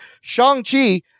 Shang-Chi